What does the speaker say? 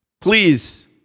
please